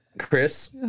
Chris